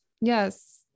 Yes